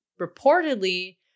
reportedly